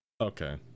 Okay